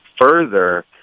further